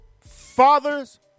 father's